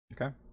Okay